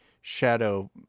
shadow